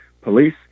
police